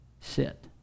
sit